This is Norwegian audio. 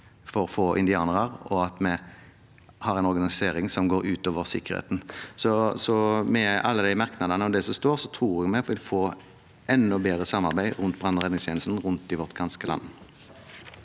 få indianere, og at vi har en organisering som går ut over sikkerheten. Med alle merknadene og det som står, tror jeg vi vil få enda bedre samarbeid om brann- og redningstjenesten rundt i vårt ganske land.